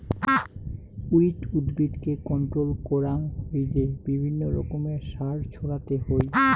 weed উদ্ভিদকে control করাং হইলে বিভিন্ন রকমের সার ছড়াতে হই